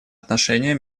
отношения